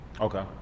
Okay